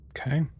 Okay